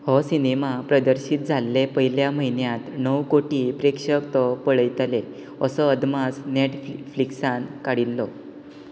हो सिनेमा प्रदर्शीत जाल्ले पयल्या म्हयन्यांत णव कोटी प्रेक्षक तो पळयतले असो अदमास नॅट फ्लिक्स फ्लिक्सान काडिल्लो